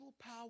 power